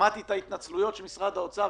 שמעתי את ההתנצלויות אתמול של משרד האוצר